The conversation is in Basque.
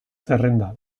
zerrenda